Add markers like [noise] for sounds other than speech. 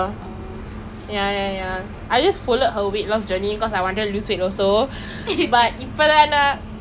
err [noise] honestly I don't watch Youtube I don't watch youtubers that much I just watch like music songs videos